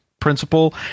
Principle